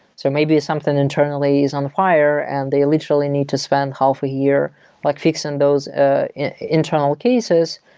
so maybe something internally is on fire and they literally need to spend half a year like fixing those ah internal cases,